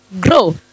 grow